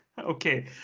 Okay